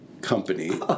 Company